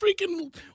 freaking